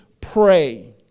pray